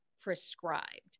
prescribed